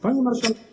Panie Marszałku!